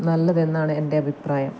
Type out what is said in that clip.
നല്ലതെന്നാണ് എന്റെ അഭിപ്രായം